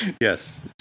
Yes